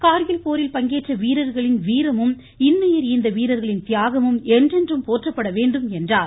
கார்கில் போரில் பங்கேற்ற வீரர்களின் வீரமும் இன்னுயிர் ஈந்த வீரர்களின் தியாகமும் என்றென்றும் போற்றப்பட வேண்டும் என்றார்